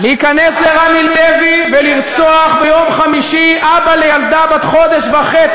להיכנס ל"רמי לוי" ולרצוח ביום חמישי אבא לילדה בת חודש וחצי,